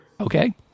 Okay